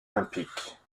olympique